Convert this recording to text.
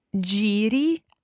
Giri